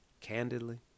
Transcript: Candidly